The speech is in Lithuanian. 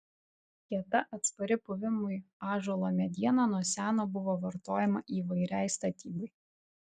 kieta atspari puvimui ąžuolo mediena nuo seno buvo vartojama įvairiai statybai